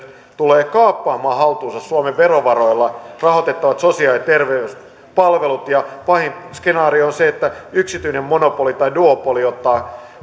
tulevat kaappaamaan haltuunsa suomen verovaroilla rahoitettavat sosiaali ja terveyspalvelut ja pahin skenaario on se että yksityinen monopoli tai duopoli ottaa